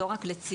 לא רק לצעירים,